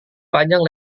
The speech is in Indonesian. panjang